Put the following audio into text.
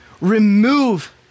remove